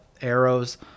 arrows